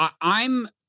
I'm-